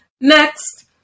Next